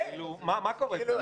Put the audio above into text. מה קורה פה?